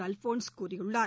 அல்போன்ஸ் கூறியுள்ளார்